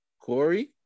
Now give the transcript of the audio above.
Corey